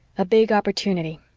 a big opportunity